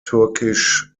turkish